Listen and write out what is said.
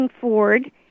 Ford